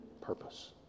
purpose